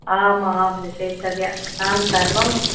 आम् आं विशेषः एव तान् सर्वम्